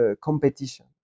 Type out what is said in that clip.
competition